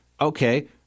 okay